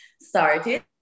started